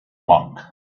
monk